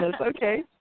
okay